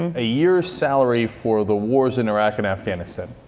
and a year salary for the wars in iraq and afghanistan.